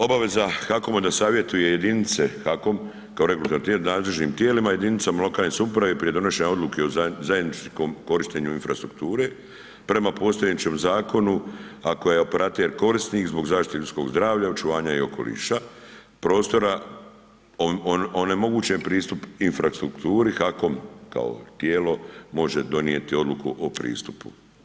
Obaveza HAKOM-a da savjetuje jedinice HAKOM kao regulativno tijelo nadležnim tijelima, jedinicama lokalne samouprave prije donošenja odluke o zajedničkom korištenju infrastrukture prema postojećem zakona ako je operater korisnik zbog zaštite ljudskog zdravlja očuvanja i okoliša, prostora onemogućen pristup infrastrukturi HAKOM kao tijelo može donijeti odluku o pristupu.